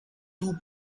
two